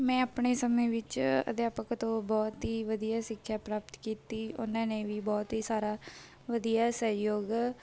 ਮੈਂ ਆਪਣੇ ਸਮੇਂ ਵਿੱਚ ਅਧਿਆਪਕ ਤੋਂ ਬਹੁਤ ਹੀ ਵਧੀਆ ਸਿੱਖਿਆ ਪ੍ਰਾਪਤ ਕੀਤੀ ਉਹਨਾਂ ਨੇ ਵੀ ਬਹੁਤ ਹੀ ਸਾਰਾ ਵਧੀਆ ਸਹਿਯੋਗ